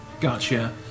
Gotcha